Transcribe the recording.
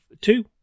two